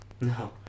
No